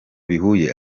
bihuye